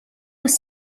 was